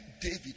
David